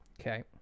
okay